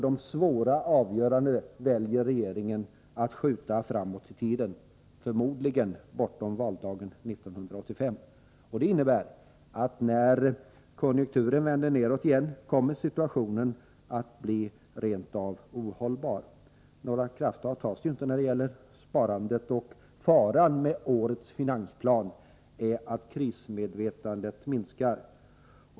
De svåra avgörandena väljer regeringen att skjuta framåt i tiden — förmodligen bortom valdagen 1985. Det innebär att situationen, när konjunkturen vänder nedåt igen, kommer att bli rent av ohållbar. Några krafttag tas det ju inte när det gäller sparandet, och faran med årets finansplan är att krismedvetandet minskar.